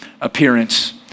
appearance